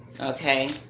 Okay